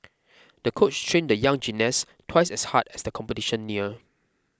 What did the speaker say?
the coach trained the young gymnast twice as hard as the competition neared